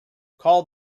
called